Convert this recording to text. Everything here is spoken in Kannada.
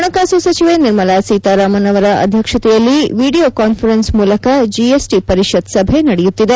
ಹಣಕಾಸು ಸಚವೆ ನಿರ್ಮಲಾ ಒೕತಾರಾಮನ್ ಅವರ ಅಧ್ಯಕ್ಷತೆಯಲ್ಲಿ ವಿಡೀಯೋ ಕಾನ್ಸರೆನ್ಸ್ ಮೂಲಕ ಜಿಎಸ್ಟಿ ಪರಿಷತ್ ಸಭೆ ನಡೆಯುತ್ತಿದೆ